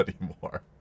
anymore